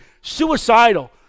suicidal